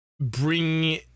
bring